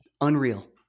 Unreal